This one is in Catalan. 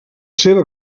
seva